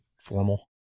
formal